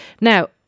Now